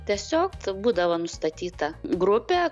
tiesiog būdavo nustatyta grupė